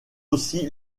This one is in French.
aussi